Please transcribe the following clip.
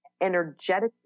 energetically